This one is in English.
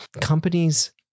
Companies